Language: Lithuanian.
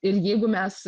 ir jeigu mes